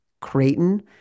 Creighton